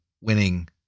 winning